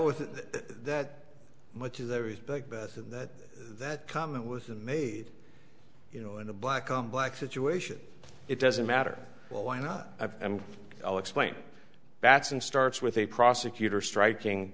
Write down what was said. is that that comment was made you know in a black on black situation it doesn't matter well why not have and i'll explain batson starts with a prosecutor striking